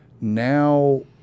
Now